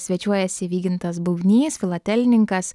svečiuojasi vygintas bubnys filatelininkas